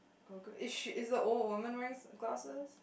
oh good eh shit is the old woman wearing glasses